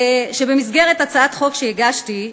שבמסגרת הצעת חוק שהגשתי,